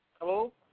Hello